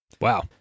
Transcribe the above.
Wow